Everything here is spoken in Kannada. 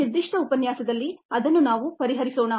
ಈ ನಿರ್ದಿಷ್ಟ ಉಪನ್ಯಾಸದಲ್ಲಿ ಅದನ್ನು ನಾವು ಪರಿಹರಿಸೋಣ